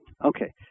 Okay